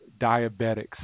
diabetics